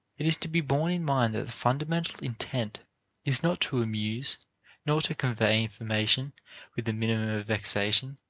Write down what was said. it is to be borne in mind that the fundamental intent is not to amuse nor to convey information with a minimum of vexation